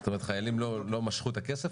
זאת אומרת, חיילים לא משכו את הכסף?